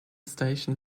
station